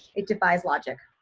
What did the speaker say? it defies logic.